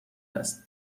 است